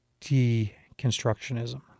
deconstructionism